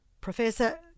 Professor